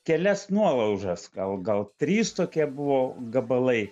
kelias nuolaužas gal gal trys tokie buvo gabalai